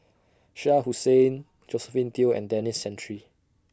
Shah Hussain Josephine Teo and Denis Santry